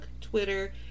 Twitter